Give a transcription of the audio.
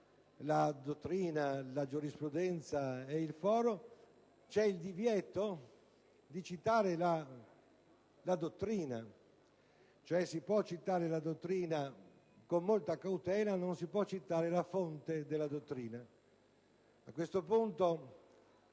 la dottrina, la giurisprudenza e il foro - vi è il divieto di citare la dottrina: si può, cioè, citare la dottrina, con molta cautela, ma non la fonte della dottrina. A questo punto,